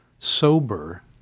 sober